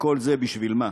וכל זה בשביל מה?